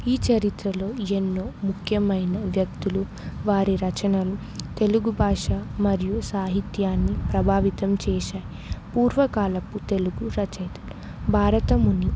ఈ చరిత్రలో ఎన్నో ముఖ్యమైన వ్యక్తులు వారి రచనలు తెలుగు భాష మరియు సాహిత్యాన్ని ప్రభావితం చేశాయి పూర్వకాలపు తెలుగు రచయితలు భారతముని